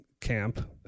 camp